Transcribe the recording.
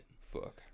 Fuck